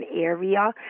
area